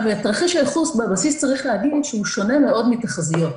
תרחיש הייחוס בבסיס צריך להגיד שהוא שונה מאוד מתחזיות.